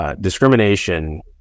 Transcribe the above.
Discrimination